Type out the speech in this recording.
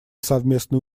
совместные